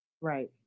Right